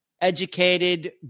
educated